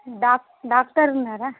డాక్ట doctor ఉన్నారా